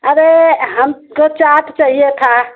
अरे हमको चाट चाहिये था